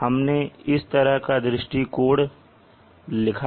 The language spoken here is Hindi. हमने इस तरह का दृष्टिकोण लिखा है